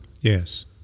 Yes